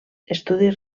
estudis